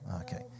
Okay